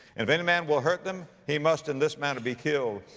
and if any man will hurt them, he must in this manner be killed.